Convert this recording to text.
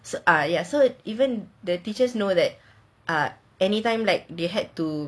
uh ya so even the teachers know that ah anytime like they had to